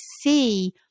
see